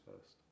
first